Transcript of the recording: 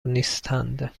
نیستند